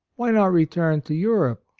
why not return to europe,